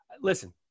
listen